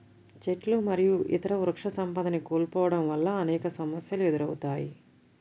చెట్లు మరియు ఇతర వృక్షసంపదని కోల్పోవడం వల్ల అనేక సమస్యలు ఎదురవుతాయి